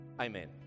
amen